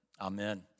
Amen